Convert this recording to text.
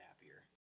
happier